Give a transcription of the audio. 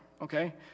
okay